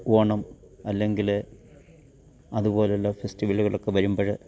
ഓണം അല്ലെങ്കിൽ അതുപോലെയുള്ള ഫെസ്റ്റിവലുകളൊക്കെ വരുമ്പോൾ